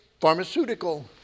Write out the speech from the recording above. Pharmaceutical